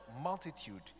multitude